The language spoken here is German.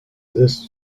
ist